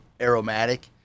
aromatic